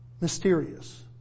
mysterious